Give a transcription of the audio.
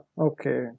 Okay